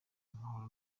amahoro